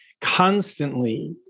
constantly